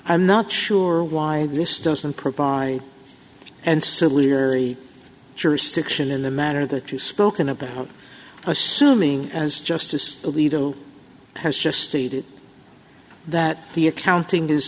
i'm not sure why this doesn't provide and sillier jurisdiction in the matter that you spoken about assuming as justice alito has just stated that the accounting is